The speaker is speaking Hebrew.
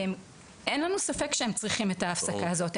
אין לנו ספק שהם צריכים את ההפסקה הזאת.